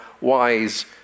wise